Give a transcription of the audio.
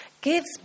gives